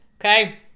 Okay